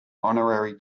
honorary